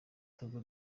togo